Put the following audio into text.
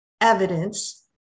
evidence